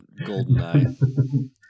GoldenEye